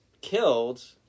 killed